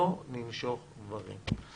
לא נמשוך דברים.